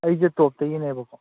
ꯑꯩꯁꯤ ꯇꯣꯞꯇꯒꯤꯅꯦꯕꯀꯣ